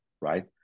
right